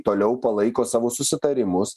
toliau palaiko savo susitarimus